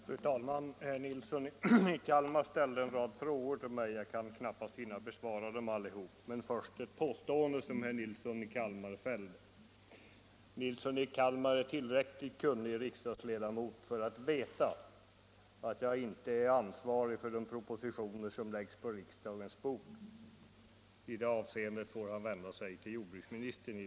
Fru talman! Herr Nilsson i Kalmar ställde en rad frågor till mig. Jag kan knappast hinna besvara dem alla. Först vill jag ta upp ett påstående, som herr Nilsson i Kalmar fällde. Herr Nilsson i Kalmar är en tillräckligt kunnig riksdagsledamot för att veta att jag inte är ansvarig för de propositioner som läggs på riksdagens bord. I det avseendet får han vända sig till jordbruksministern.